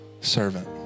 servant